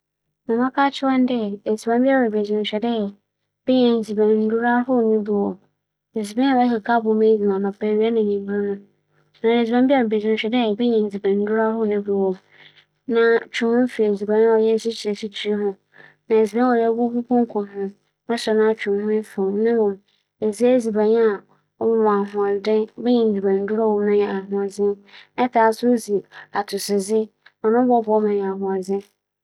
Sɛ me nyɛnko bi pɛ dɛ odzi edziban a ahoͻdzen wͻ mu a, afotu a medze bɛma no nye dɛ, ͻwͻ dɛ oyi angoa angoa edziban dodowara akwa na oyi n'adwen so fi mbogya nam do pii na afei so ͻdze n'enyi tsim nkwan edziban do daa na ͻhwɛ dɛ n'edziban biara obedzi no, edziban dur a otwar dɛ onya no, ne nsa ka wͻ dɛm edziban no mu. ͻno ekyir no, ͻwͻ dɛ odzi nduaba nduaba bi tse dɛ mpuwa na ekutu so ka ho.